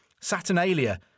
Saturnalia